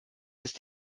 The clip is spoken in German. ist